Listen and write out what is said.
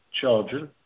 children